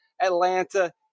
Atlanta